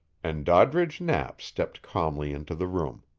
and doddridge knapp stepped calmly into the room.